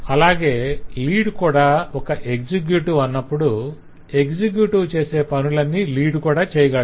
అలాగే లీడ్ కూడా ఒక ఎక్సెక్యుటివ్ అన్నప్పుడు ఎక్సెక్యుటివ్ చేసే పనులన్నీ లీడ్ కూడా చేయగలడు